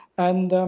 and